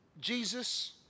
Jesus